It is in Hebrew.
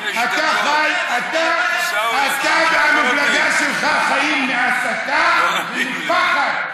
אתה והמפלגה שלך חיים מהסתה ומפחד.